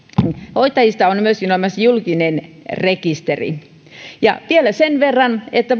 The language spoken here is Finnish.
hoitajista on myöskin olemassa julkinen rekisteri ja vielä sen verran että